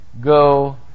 go